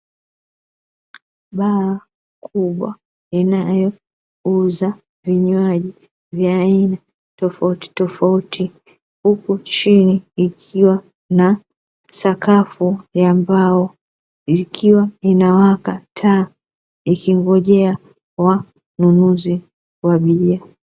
Baa kubwa inayouza vinywaji vya aina tofautitofauti, huku chini ikiwa na sakafu ya mbao, ikiwa inawaka taa ikingongojea wanunuzi wa bia